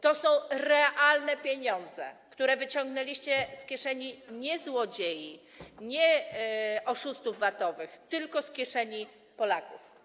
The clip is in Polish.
To są realne pieniądze, które wyciągnęliście z kieszeni nie złodziei, nie oszustów VAT, a z kieszeni Polaków.